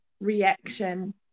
reaction